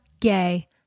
Gay